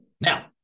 Now